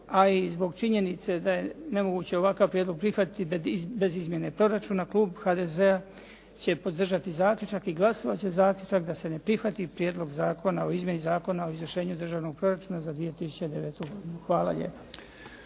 a i zbog činjenica da je nemoguće ovakav prijedlog prihvatiti bez izmjene proračuna. Klub HDZ-a će podržati zaključak i glasovat će zaključak da se ne prihvati Prijedlog Zakona o izmjeni Zakona o izvršenju državnog proračuna za 2009. godinu. Hvala lijepa.